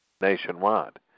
nationwide